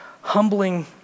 humbling